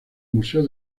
museo